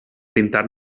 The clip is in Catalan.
pintar